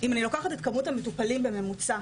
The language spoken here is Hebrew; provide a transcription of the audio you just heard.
אם אני לוקחת את כמות המטופלים בממוצע